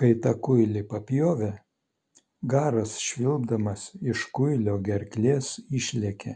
kai tą kuilį papjovė garas švilpdamas iš kuilio gerklės išlėkė